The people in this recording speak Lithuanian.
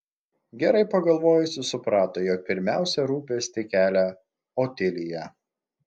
gerai pagalvojusi suprato jog pirmiausia rūpestį kelia otilija